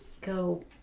go